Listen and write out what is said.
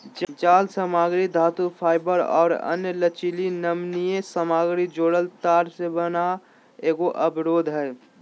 जालसामग्री धातुफाइबर और अन्य लचीली नमनीय सामग्री जोड़ल तार से बना एगो अवरोध हइ